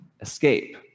escape